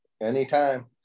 Anytime